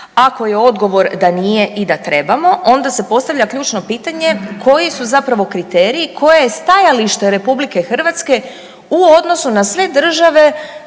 ako je odgovor da nije i da trebamo, onda se postavlja ključno pitanje, koji su zapravo kriteriji, koje je stajalište Republike Hrvatske u odnosu na sve države